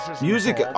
music